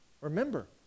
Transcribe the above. Remember